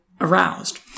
aroused